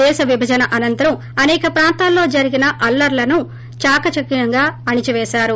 దేశవిభజన అనంతరం అనేక ప్రాంతాలలో జరిగిన అల్లర్ణను దాకదక్వంతో అణచిపేశారు